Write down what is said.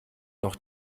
noch